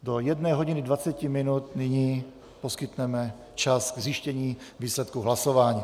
Do jedné hodiny dvaceti minut nyní poskytneme čas k zjištění výsledků hlasování.